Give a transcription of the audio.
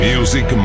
Music